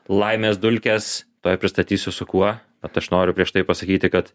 laimės dulkes tuoj pristatysiu su kuo bet aš noriu prieš tai pasakyti kad